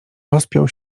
rozpiął